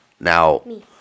Now